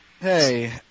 Hey